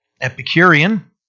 Epicurean